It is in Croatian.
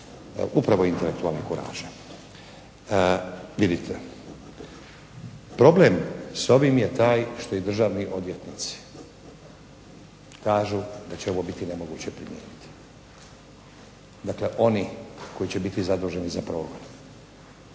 upravo intelektualne kuraže. Vidite, problem s ovim je taj što i državni odvjetnici kažu da će ovo biti nemoguće primijeniti, dakle oni koji će biti zaduženi za progon.